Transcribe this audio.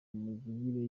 mivugire